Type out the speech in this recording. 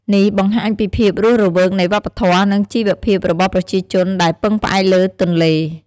នេះបង្ហាញពីភាពរស់រវើកនៃវប្បធម៌ និងជីវភាពរបស់ប្រជាជនដែលពឹងផ្អែកលើទន្លេ។